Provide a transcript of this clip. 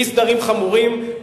אי-סדרים חמורים.